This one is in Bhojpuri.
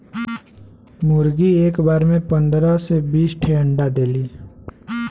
मुरगी एक बार में पन्दरह से बीस ठे अंडा देली